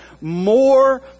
more